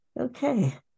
Okay